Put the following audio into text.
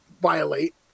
violate